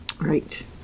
Right